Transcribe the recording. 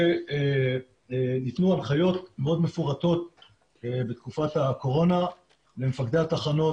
ניתנו הנחיות מאוד מפורטות בתקופת הקורונה למפקדי התחנות.